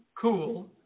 cool